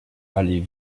allait